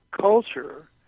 culture